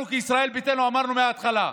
אנחנו כישראל ביתנו אמרנו מההתחלה,